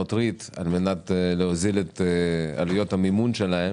לקרנות ריט על מנת להוזיל את עלויות המימון שלהן,